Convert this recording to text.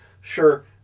sure